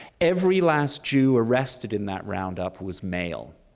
every last jew arrested in that roundup was male,